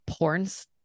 porns